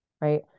right